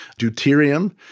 deuterium